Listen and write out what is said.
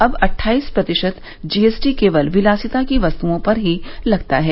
अब अट्ठाईस प्रतिशत जीएसटी केवल विलासिता की वस्तुओं पर ही लगता है